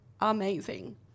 amazing